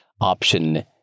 option